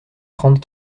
trente